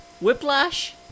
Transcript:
Whiplash